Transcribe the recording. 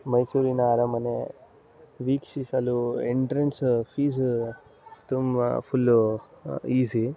ಮೈಸೂರಿನ ಅರಮನೆ ವೀಕ್ಷಿಸಲು ಎಂಟ್ರೆನ್ಸ ಫೀಸ ತುಂಬ ಫುಲ್ಲು ಈಸಿ